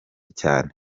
cyane